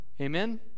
Amen